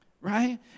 right